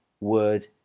word